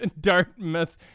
Dartmouth